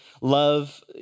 love